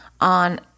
on